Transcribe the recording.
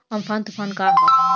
Amphan तुफान का ह?